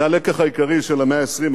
זה הלקח העיקרי של המאה ה-20,